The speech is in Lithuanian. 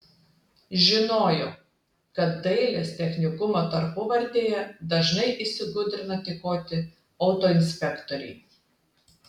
žinojo kad dailės technikumo tarpuvartėje dažnai įsigudrina tykoti autoinspektoriai